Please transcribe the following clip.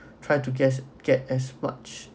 tried to get get as much